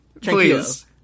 please